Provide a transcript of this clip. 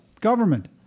Government